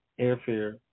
airfare